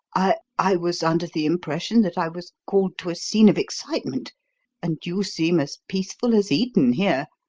i i was under the impression that i was called to a scene of excitement and you seem as peaceful as eden here.